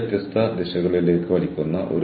കൂടാതെ നൂറ് ചാനലുകൾ